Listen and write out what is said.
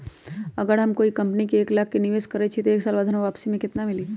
अगर हम कोई कंपनी में एक लाख के निवेस करईछी त एक साल बाद हमरा वापसी में केतना मिली?